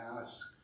ask